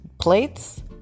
plates